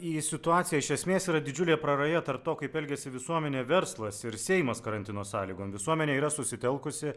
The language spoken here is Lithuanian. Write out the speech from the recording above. į situaciją iš esmės yra didžiulė praraja tarp to kaip elgiasi visuomenė verslas ir seimas karantino sąlygom visuomenė yra susitelkusi